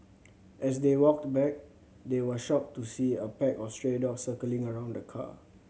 as they walked back they were shocked to see a pack of stray dogs circling around the car